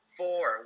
four